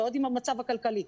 ועוד עם המצב הכלכלי?